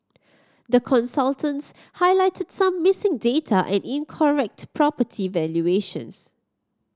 the consultants highlighted some missing data and incorrect property valuations